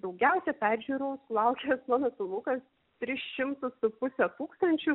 daugiausia peržiūrų sulaukęs mano filmukas tris šimtus su puse tūkstančių